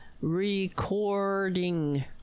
recording